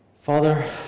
Father